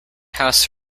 house